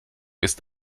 ist